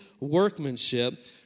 workmanship